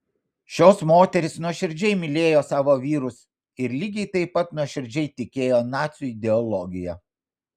šios moterys nuoširdžiai mylėjo savo vyrus ir lygiai taip pat nuoširdžiai tikėjo nacių ideologija